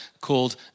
called